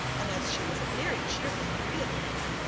and as she was a very cheerful agreeable woman,